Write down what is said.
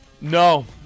No